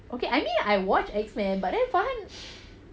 okay I mean I watch X-men but then fun